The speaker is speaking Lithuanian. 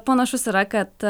panašus yra kad